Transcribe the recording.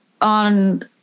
on